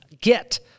get